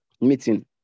meeting